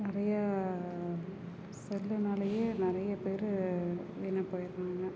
நிறையா செல்லுனாலேயே நிறைய பேர் வீணாக போயிடுறாங்க